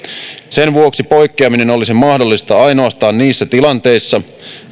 sen vuoksi poikkeaminen olisi mahdollista ainoastaan niissä tilanteissa